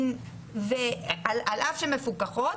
על אף שמפוקחות,